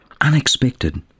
unexpected